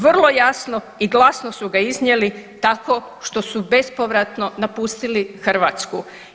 Vrlo jasno i glasno su ga iznijeli tako što su bespovratno napustili Hrvatsku.